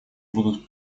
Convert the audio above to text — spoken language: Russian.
будут